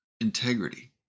integrity